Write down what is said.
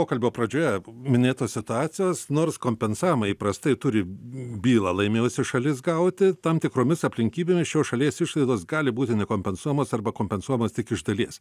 pokalbio pradžioje minėtos situacijos nors kompensavimą įprastai turi bylą laimėjusi šalis gauti tam tikromis aplinkybėmis šios šalies išlaidos gali būti nekompensuojamos arba kompensuojamos tik iš dalies